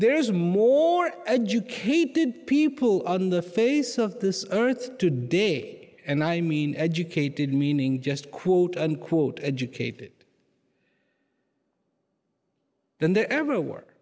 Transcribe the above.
there is more educated people on the face of this earth today and i mean educated meaning just quote unquote educated than the ever work